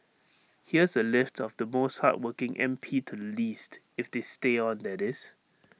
here's A list of the most hardworking M P to the least if they stay on that is